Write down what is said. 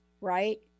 right